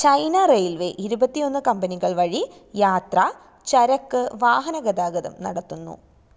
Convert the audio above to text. China railway ഇരുപത്തിയൊന്ന് കമ്പനികൾ വഴി യാത്ര ചരക്ക് വാഹന ഗതാഗതം നടത്തുന്നു